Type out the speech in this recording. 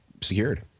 secured